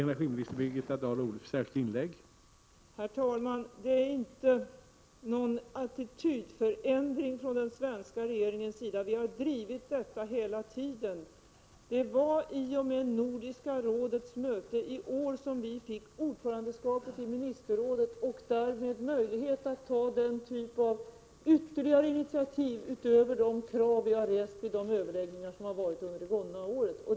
Herr talman! Det är inte någon attitydförändring från den svenska regeringens sida — vi har drivit detta hela tiden. Det var i och med Nordiska rådets möte i år som vi anförtroddes ordförandeskapet i ministerrådet och därmed fick möjlighet att ta ytterligare initiativ, utöver de krav vi rest vid de överläggningar som har hållits under det gångna året.